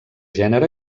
gènere